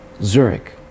Zurich